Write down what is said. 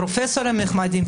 פרופסורים נכבדים,